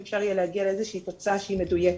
אפשר יהיה להגיע לאיזושהי תוצאה שהיא מדויקת,